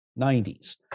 90s